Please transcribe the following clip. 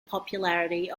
popularity